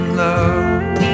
love